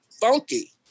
funky